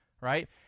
right